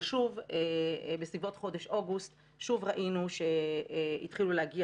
אבל בסביבות חודש אוגוסט שוב ראינו שהתחילו להגיע